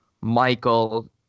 Michael